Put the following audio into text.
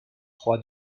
trois